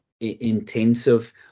intensive